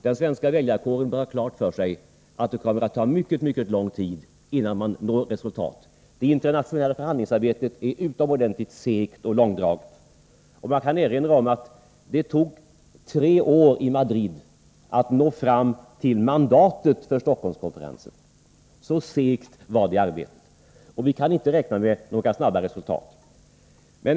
Den svenska väljarkåren bör ha klart för sig att det kommer att ta mycket lång tid, innan det uppnås några resultat. Det internationella förhandlingsarbetet är utomordentligt segt och långdraget. Jag kan erinra om att det tog tre år i Madrid att nå fram till mandatet för Stockholmskonferensen. Så segt var det alltså, och vi kan alltså inte räkna med några snabba resultat.